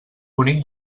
bonic